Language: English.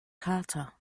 carter